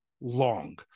long